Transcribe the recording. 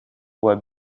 were